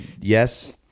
yes